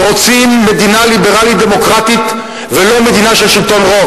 שרוצים מדינה ליברלית דמוקרטית ולא מדינה של שלטון רוב,